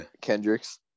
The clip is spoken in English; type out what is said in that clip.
Kendricks